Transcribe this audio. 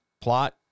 plot